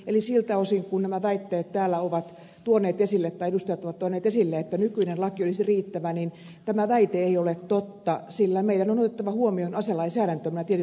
eli siltä osin kuin edustajat täällä ovat tuoneet esille että nykyinen laki olisi riittävä tämä väite ei ole totta sillä meidän on otettava huomioon aselainsäädäntömme tietyt muutokset